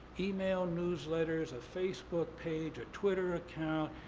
email newsletters, a facebook page, a twitter account,